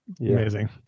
Amazing